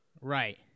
Right